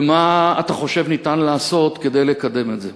ומה אתה חושב ניתן לעשות כדי לקדם את זה?